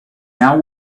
now